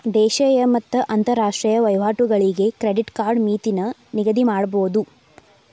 ದೇಶೇಯ ಮತ್ತ ಅಂತರಾಷ್ಟ್ರೇಯ ವಹಿವಾಟುಗಳಿಗೆ ಕ್ರೆಡಿಟ್ ಕಾರ್ಡ್ ಮಿತಿನ ನಿಗದಿಮಾಡಬೋದು